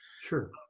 Sure